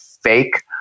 fake